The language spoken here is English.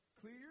clear